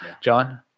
John